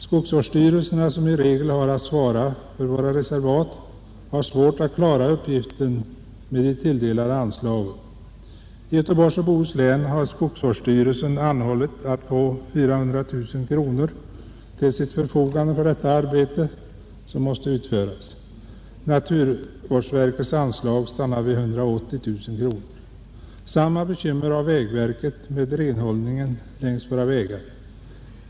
Skogsvårdsstyrelserna, som i regel har att svara för våra reservat, har svårt att klara uppgiften med de tilldelade anslagen. I Göteborgs och Bohus län har skogsvårdsstyrelsen anhållit att 400 000 kronor måtte ställas till förfogande för det arbete som måste utföras. Naturvårdsverkets anslag stannade vid 180000 kronor. Samma bekymmer har vägverket med renhållningen längs våra vägar.